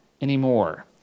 anymore